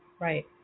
Right